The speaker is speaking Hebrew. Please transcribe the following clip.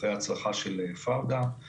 אחרי ההצלחה של פאודה;